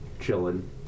chilling